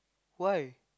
why